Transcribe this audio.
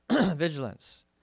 vigilance